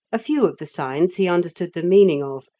a few of the signs he understood the meaning of,